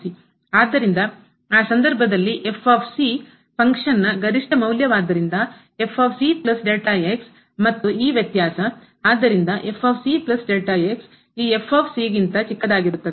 ಆದ್ದರಿಂದ ಆ ಸಂದರ್ಭದಲ್ಲಿ f ಫಂಕ್ಷನ್ ನ ಕ್ರಿಯೆಯ ಗರಿಷ್ಠ ಮೌಲ್ಯವಾದ್ದರಿಂದ ಮತ್ತು ಈ ವ್ಯತ್ಯಾಸ ಆದ್ದರಿಂದ ಈ ಗಿಂತ ಚಿಕ್ಕದಾಗಿರುತ್ತದೆ